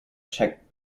checkt